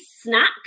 snack